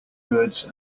birds